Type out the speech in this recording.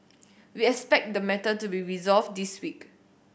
we expect the matter to be resolved this week